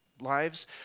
lives